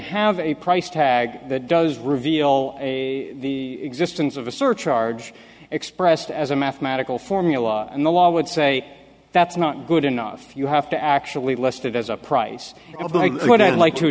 have a price tag that does reveal a the existence of a surcharge expressed as a mathematical formula and the law would say that's not good enough you have to actually listed as a price